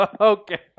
Okay